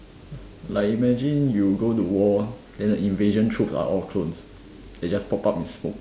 like imagine you go to war then the invasion troops are all clones they just pop up in smoke